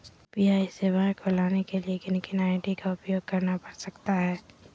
UPI सेवाएं को लाने के लिए किन किन आई.डी का उपयोग करना पड़ सकता है?